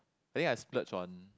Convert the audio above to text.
I think I splurge on